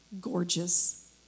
gorgeous